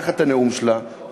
לקחת את הנאום שלה,